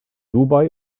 dubai